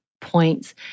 points